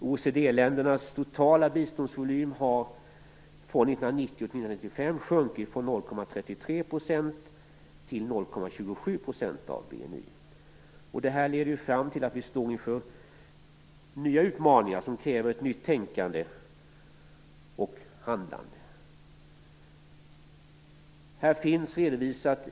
OECD-ländernas totala biståndsvolym har från 1990 till 1995 sjunkit från 0,33 % till 0,27 % av BNI. Detta leder till att vi står inför nya utmaningar, som kräver ett nytt tänkande och handlande.